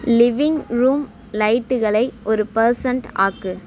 living room லைட்டுகளை ஒரு percent ஆக்கு